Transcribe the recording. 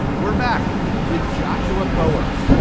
we're back with joshua foer.